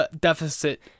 deficit